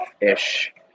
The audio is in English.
ish